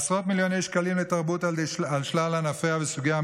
עשרות מיליוני שקלים לתרבות על שלל ענפיה וסוגיה,